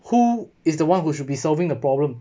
who is the one who should be solving the problem